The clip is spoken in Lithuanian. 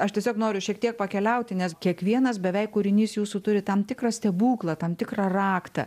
aš tiesiog noriu šiek tiek pakeliauti nes kiekvienas beveik kūrinys jūsų turi tam tikrą stebuklą tam tikrą raktą